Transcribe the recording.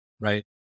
right